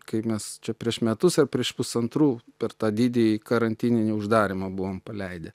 kaip mes čia prieš metus ar prieš pusantrų per tą didįjį karantininį uždarymą buvom paleidę